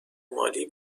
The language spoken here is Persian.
مالی